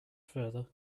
further